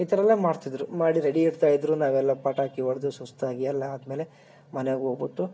ಈ ಥರೆಲ್ಲ ಮಾಡ್ತಿದ್ದರು ಮಾಡಿ ರೆಡಿ ಇಡ್ತಾ ಇದ್ದರು ನಾವೆಲ್ಲ ಪಟಾಕಿ ಹೊಡೆದು ಸುಸ್ತಾಗಿ ಎಲ್ಲ ಆದಮೇಲೆ ಮನೆಗೆ ಹೋಗ್ಬಿಟ್ಟು